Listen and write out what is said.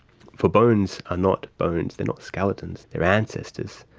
for bones are not bones, they're not skeletons, they are ancestors,